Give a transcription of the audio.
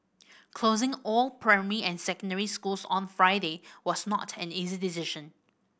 closing all primary and secondary schools on Friday was not an easy decision